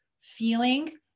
feeling